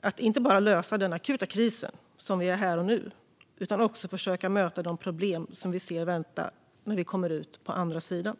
att inte bara lösa den akuta krisen som är här och nu utan att också försöka möta de problem vi ser väntar när vi kommer ut på andra sidan.